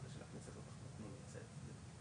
החלטה שנקבעת למעלה,